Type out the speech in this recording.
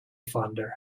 fonder